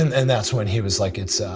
and and that's when he was like, it's